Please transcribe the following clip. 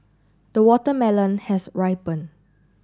the watermelon has ripened